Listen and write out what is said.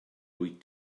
wyt